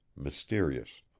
mysterious.